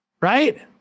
right